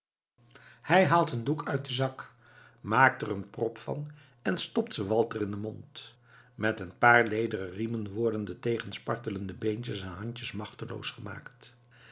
hij haalt een doek uit den zak maakt er eene prop van en stopt ze walter in den mond met een paar lederen riemen worden de tegenspartelende beentjes en handjes machteloos gemaakt